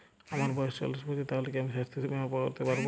আমার বয়স চল্লিশ বছর তাহলে কি আমি সাস্থ্য বীমা করতে পারবো?